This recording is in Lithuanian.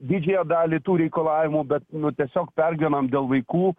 didžiąją dalį tų reikalavimų bet nu tiesiog pergyvenam dėl vaikų